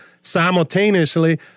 simultaneously